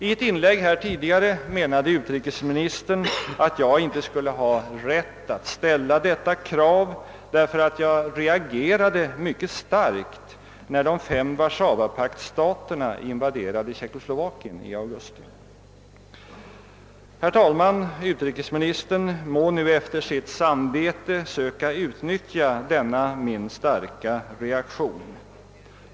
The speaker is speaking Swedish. I ett inlägg här tidigare gjorde utrikesministern gällande att jag inte skulle ha rätt att ställa detta krav, därför att jag reagerade mycket starkt, när de fem Warszawapaktsstaterna invaderade Tjeckoslovakien i augusti. Han må nu efter sitt samvete söka utnyttja denna min starka reaktion.